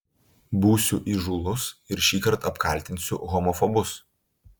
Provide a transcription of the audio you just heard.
būsiu įžūlus ir šįkart apkaltinsiu homofobus